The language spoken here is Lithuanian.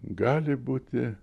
gali būti